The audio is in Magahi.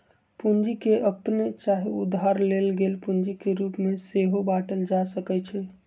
पूंजी के अप्पने चाहे उधार लेल गेल पूंजी के रूप में सेहो बाटल जा सकइ छइ